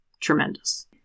Tremendous